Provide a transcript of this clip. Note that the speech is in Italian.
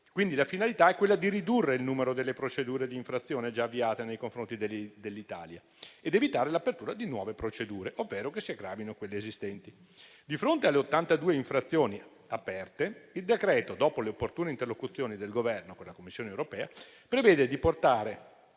Quindi la finalità è quella di ridurre il numero delle procedure di infrazione già avviate nei confronti dell'Italia ed evitare l'apertura di nuove procedure, ovvero che si aggravino quelle esistenti. Di fronte alle 82 infrazioni aperte, il decreto-legge, dopo le opportune interlocuzioni del Governo con la Commissione europea, prevede di portare